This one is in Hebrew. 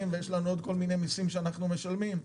ויש לנו עוד כל מיני מסים שאנחנו משלמים,